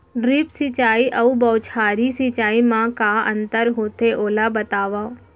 Drip सिंचाई अऊ बौछारी सिंचाई मा का अंतर होथे, ओला बतावव?